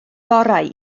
gorau